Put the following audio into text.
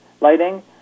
lighting